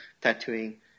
tattooing